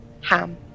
Ham